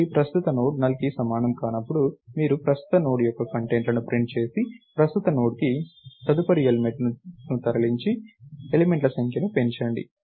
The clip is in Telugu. కాబట్టి ప్రస్తుత నోడ్ నల్ కి సమానం కానప్పుడు మీరు ప్రస్తుత నోడ్ యొక్క కంటెంట్లను ప్రింట్ చేసి ప్రస్తుత నోడ్ను తదుపరి ఎలిమెంట్ కి తరలించి ఎలిమెంట్ల సంఖ్యను పెంచండి